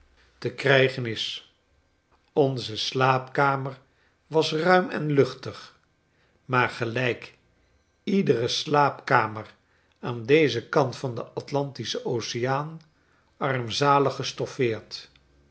ermetmogelijkheidte krijgen is onze slaapkamer wasruim enluchtig maar gely k iedere slaapkamer aan dezen kantvan den atlantischen oceaan